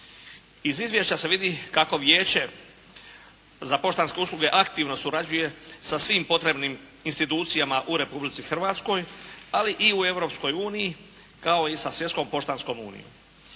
Iz Izvješća se vidi kako Vijeće za poštanske usluge aktivno surađuje sa svim potrebnim institucijama u Republici Hrvatskoj, ali i u Europskoj Uniji kao i sa Svjetskom poštanskom unijom.